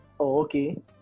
okay